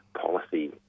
policy